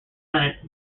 senate